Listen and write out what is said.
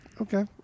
okay